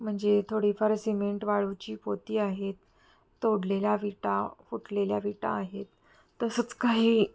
म्हणजे थोडीफार सिमेंट वाळूची पोती आहेत तोडलेल्या विटा फुटलेल्या विटा आहेत तसंच काही